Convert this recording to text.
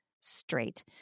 straight